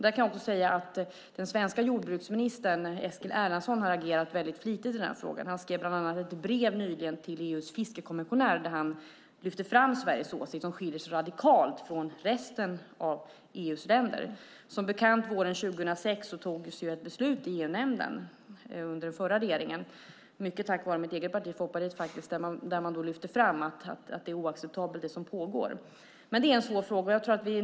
Där kan jag också säga att den svenske jordbruksministern Eskil Erlandsson har agerat väldigt flitigt i den frågan. Han skrev bland annat ett brev nyligen till EU:s fiskerikommissionär där han lyfte fram Sveriges åsikt, som skiljer sig radikalt från resten av EU:s länder. Som bekant togs ett beslut i EU-nämnden våren 2006, under den förra regeringen - mycket tack vare mitt eget parti, Folkpartiet - där man lyfte fram att det som pågår är oacceptabelt. Men det är en svår fråga.